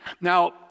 now